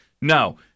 No